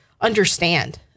understand